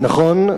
נכון.